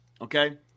Okay